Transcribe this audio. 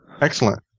Excellent